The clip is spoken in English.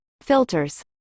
Filters